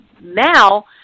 now